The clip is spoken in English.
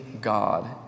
God